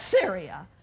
Syria